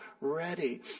ready